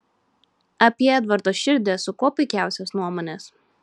apie edvardo širdį esu kuo puikiausios nuomonės